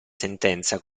sentenza